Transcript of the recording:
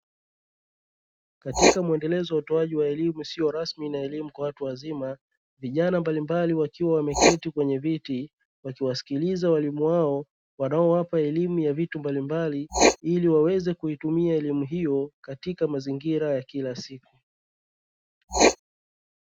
Katika mwendelezo wa utoaji wa elimu isiyo rasmi na elimu kwa watu wazima, vijana mbalimbali wakiwa wameketi kwenye viti wakiwasikiliza walimu wao wanaowapa elimu ya vitu mbalimbali ili waweze kuitumia elimu hiyo katika mazingira ya kila siku.